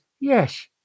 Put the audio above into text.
yes